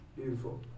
Beautiful